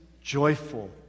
joyful